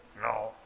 no